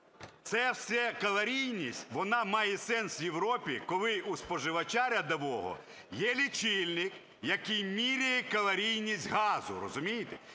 Ця вся калорійність, вона має сенс в Європі, коли у споживача рядового є лічильник, який міряє калорійність газу, розумієте?